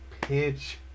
pitch